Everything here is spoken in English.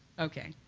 okay.